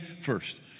first